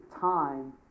time